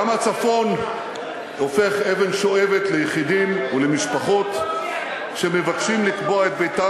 גם הצפון הופך אבן שואבת ליחידים ולמשפחות שמבקשים לקבוע את ביתם